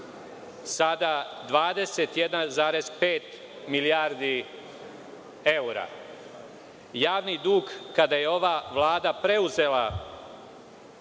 sada 21,5 milijardi evra. Javni dug, kada je ova vlada preuzela